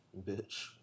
Bitch